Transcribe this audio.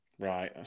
Right